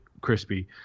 crispy